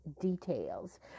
details